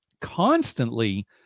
constantly